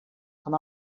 com